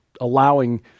allowing